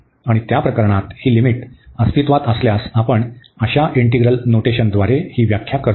आणि त्या प्रकरणात ही लिमिट अस्तित्त्वात असल्यास आपण अशा इंटिग्रल नोटेशनद्वारे ही व्याख्या करतो